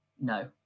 no